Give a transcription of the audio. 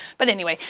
but anyway,